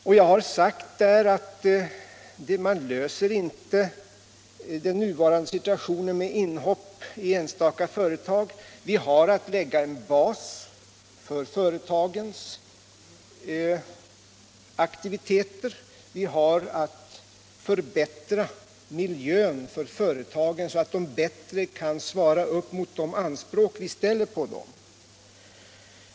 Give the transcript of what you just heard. Jag har där sagt att man inte löser den nuvarande situationen med inhopp i enstaka företag. Vi har att lägga en bas för företagens aktiviteter. Vi har att förbättra miljön för företagen, så att de kan svara mot de anspråk vi ställer på dem.